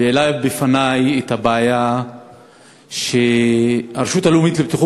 והוא העלה בפני את הבעיה שהרשות הלאומית לבטיחות